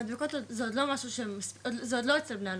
המדבקות זה עוד לא אצל בני הנוער,